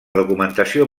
documentació